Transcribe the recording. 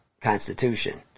constitution